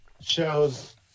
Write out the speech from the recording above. shows